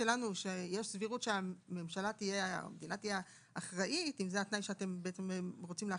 שיש סבירות שהמדינה אחראית לאסון,